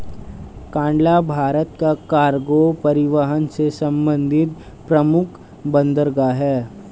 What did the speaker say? कांडला भारत का कार्गो परिवहन से संबंधित प्रमुख बंदरगाह है